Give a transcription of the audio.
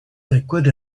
liquid